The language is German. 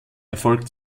erfolg